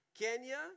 Kenya